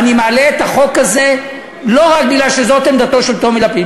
אני מעלה את החוק הזה לא רק משום שזאת עמדתו של טומי לפיד,